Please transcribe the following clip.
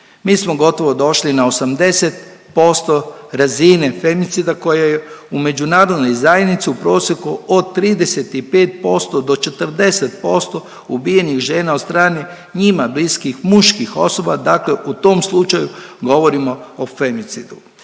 Mi smo gotovo došli na 80% razine femicida koja je u međunarodnoj zajednici u prosjeku od 35% do 40% ubijenih žena od strane njima bliskih muških osoba, dakle u tom slučaju govorimo o femicidu.